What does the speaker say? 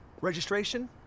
Registration